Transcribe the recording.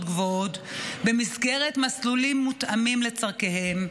גבוהות במסגרת מסלולים מותאמים לצורכיהם,